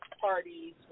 parties